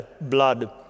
blood